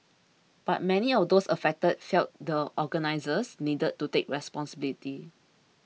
but many of those affected felt the organisers needed to take responsibility